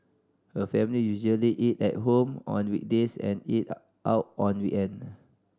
her family usually eat at home on weekdays and eat out on weekend